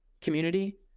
community